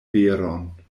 veron